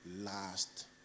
last